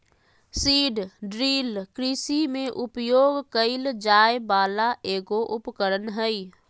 seed drill कृषि में उपयोग कइल जाय वला एगो उपकरण हइ